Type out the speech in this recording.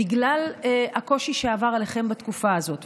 בגלל הקושי שעבר עליכם בתקופה הזאת,